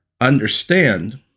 understand